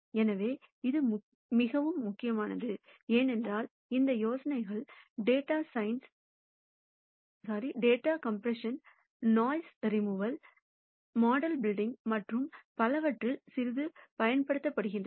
எனவே இது மிகவும் முக்கியமானது ஏனென்றால் இந்த யோசனைகள் டேட்டா கம்ப்ரெஷன் நாய்ஸ் ரிமூவல் மாதிரி கட்டிடம் மற்றும் பலவற்றில் சிறிது பயன்படுத்தப்படுகின்றன